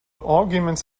arguments